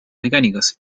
mecánicas